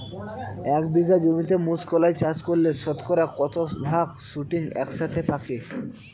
এক বিঘা জমিতে মুঘ কলাই চাষ করলে শতকরা কত ভাগ শুটিং একসাথে পাকে?